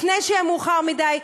לפני שיהיה מאוחר מדי.